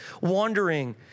wandering